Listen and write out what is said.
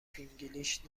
فینگلیش